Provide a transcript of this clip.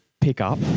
pickup